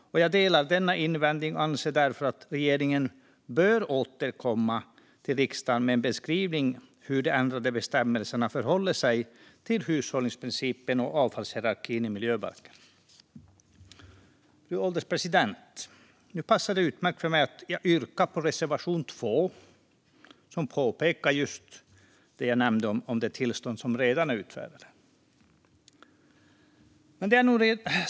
Jag delar denna invändning och anser därför att regeringen bör återkomma till riksdagen med en beskrivning av hur de ändrade bestämmelserna förhåller sig till hushållningsprincipen och avfallshierarkin i miljöbalken. Fru ålderspresident! Nu passar det utmärkt för mig att yrka bifall till reservation 2, som påpekar just det jag nämnde om tillstånd som är redan utfärdade.